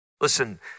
Listen